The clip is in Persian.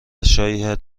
شاید